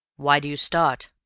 why do you start?